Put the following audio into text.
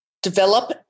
develop